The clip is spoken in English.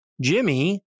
Jimmy